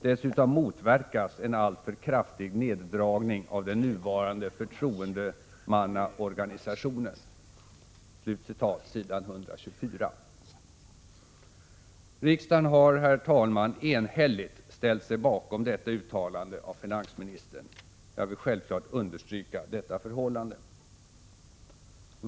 Dessutom motverkas en alltför kraftig neddragning av den nuvarande förtroendemannaorganisationen.” Riksdagen har, herr talman, enhälligt ställt sig bakom detta uttalande av finansministern. Jag vill självfallet understryka detta förhållande.